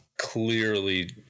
Clearly